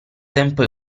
tempo